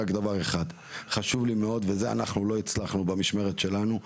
רק דבר אחד חשוב לי מאוד ואת זה אנחנו לא הצלחנו במשמרת שלנו,